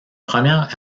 première